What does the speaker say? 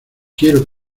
quiero